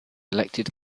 elected